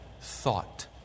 thought